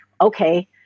okay